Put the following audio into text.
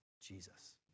Jesus